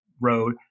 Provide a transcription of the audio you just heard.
road